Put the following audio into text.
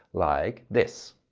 like this.